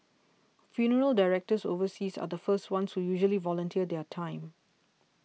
funeral directors overseas are the first ones who usually volunteer their time